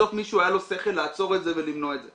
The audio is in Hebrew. בסוף למישהו היה שכל לעצור את זה ולמנוע את זה.